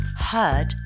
heard